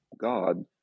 god